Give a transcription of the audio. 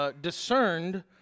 discerned